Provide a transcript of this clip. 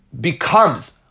becomes